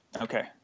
Okay